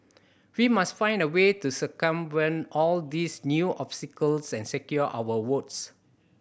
we must find a way to circumvent all these new obstacles and secure our votes